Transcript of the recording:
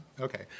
Okay